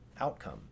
outcome